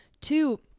Two